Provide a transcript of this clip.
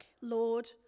Lord